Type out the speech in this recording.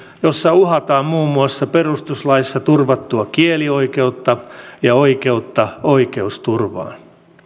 joissa uhataan muun muassa perustuslaissa turvattua kielioikeutta ja oikeutta oikeusturvaan